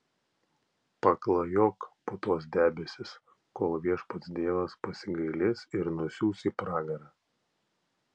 paklajok po tuos debesis kol viešpats dievas pasigailės ir nusiųs į pragarą